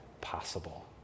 possible